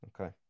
Okay